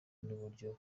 n’uburyo